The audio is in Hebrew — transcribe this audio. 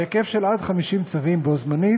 בהיקף של עד 50 צווים בו בזמן.